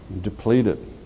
depleted